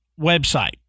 website